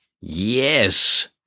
Yes